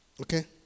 okay